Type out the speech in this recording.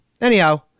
Anyhow